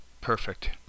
perfect